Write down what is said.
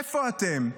איפה אתם?